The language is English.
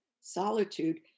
solitude